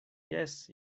jes